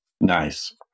Nice